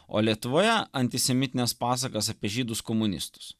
o lietuvoje antisemitines pasakas apie žydus komunistus